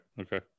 Okay